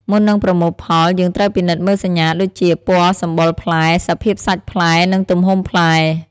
មុននឹងប្រមូលផល យើងត្រូវពិនិត្យមើលសញ្ញាដូចជា ពណ៌សម្បុរផ្លែ សភាពសាច់ផ្លែ និងទំហំផ្លែ។